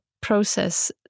process